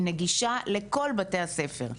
היא נגישה לכל בתי הספר,